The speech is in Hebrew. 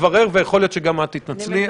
ויכול להיות שגם את תנצלי.